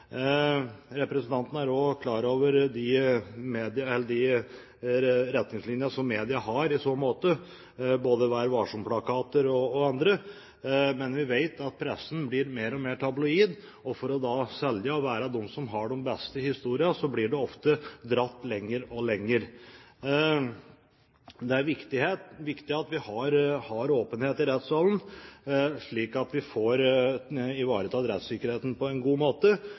Representanten er også klar over de retningslinjene som media har i så måte, både Vær Varsom-plakaten og andre, men vi vet at pressen blir mer og mer tabloid, og for å selge og være den som har de beste historiene, blir det ofte dratt lenger og lenger. Det er viktig at vi har åpenhet i rettssalen, slik at vi får ivaretatt rettssikkerheten på en god måte,